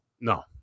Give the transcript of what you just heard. No